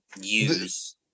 use